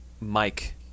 Mike